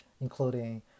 including